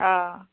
অ